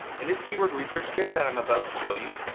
and this keyword research tip that i'm about to show you,